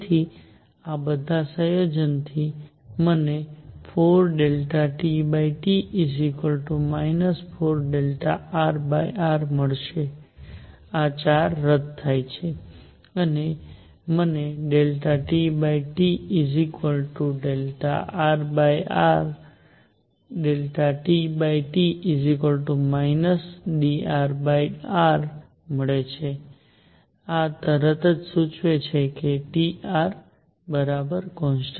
તેથી આ બધાના સંયોજનથી મને 4TT 4rr મળશે આ 4 રદ થાય છે અને મને TT rr dTT drr મળે છે આ તરત જ સૂચવે છે કે Trconstant